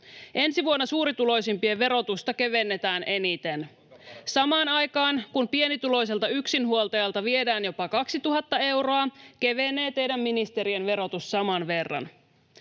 Ensi vuonna suurituloisimpien verotusta kevennetään eniten. [Sheikki Laakson välihuuto] Samaan aikaan, kun pienituloiselta yksinhuoltajalta viedään jopa 2 000 euroa, kevenee teidän ministerien verotus saman verran.